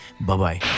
Bye-bye